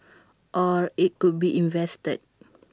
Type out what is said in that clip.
or IT could be invested